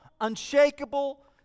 unshakable